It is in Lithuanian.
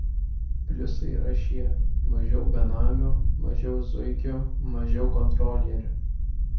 pliusai yra šie mažiau benamių mažiau zuikių mažiau kontrolierių